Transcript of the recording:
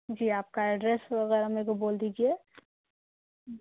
جی آپ کا ایڈریس وغیرہ میرے کو بول دیجیے